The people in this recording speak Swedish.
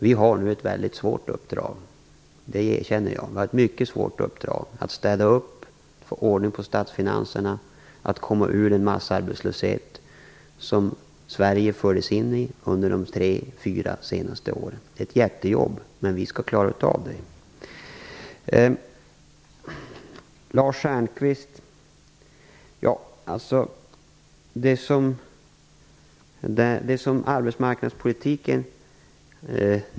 Vi har nu ett mycket svårt uppdrag, det erkänner jag, att städa upp och få ordning på statsfinanserna och att komma ur en massarbetslöshet som Sverige fördes in i under de tre, fyra senaste åren. Det är ett jättejobb, men vi skall klara av det. Jag vill rikta mig till Lars Stjernkvist.